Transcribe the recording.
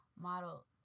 model